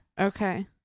Okay